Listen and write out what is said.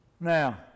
Now